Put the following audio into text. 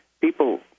people